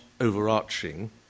overarching